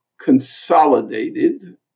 consolidated